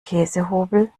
käsehobel